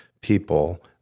people